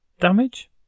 damage